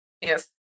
Yes